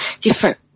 different